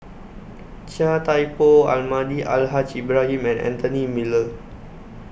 Chia Thye Poh Almahdi Al Haj Ibrahim and Anthony Miller